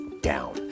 down